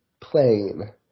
plain